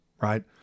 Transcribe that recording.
right